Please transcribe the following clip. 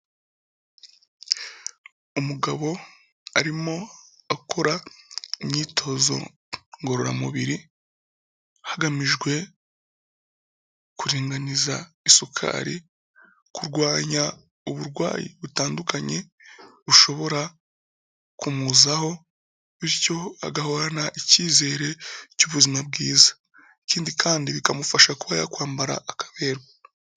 Umugabo arimo akora imyitozo ngororamubiri hagamijwe kuringaniza isukari, kurwanya uburwayi butandukanye bushobora kumuzaho bityo agahorana icyizere cy'ubuzima bwiza. Ikindi kandi bikamufasha kuba ya kwambara akaberwa.